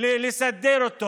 לסדר אותו.